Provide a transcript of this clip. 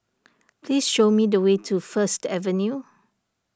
please show me the way to First Avenue